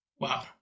Wow